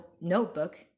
notebook